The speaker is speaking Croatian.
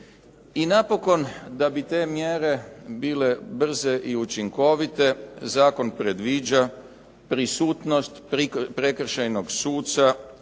I napokon, da bi te mjere bile brze i učinkovite, zakon predviđa prisutnost prekršajnog suca